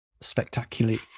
spectacularly